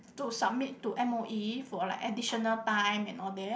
to submit to M_O_E for like additional time and all that